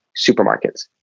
supermarkets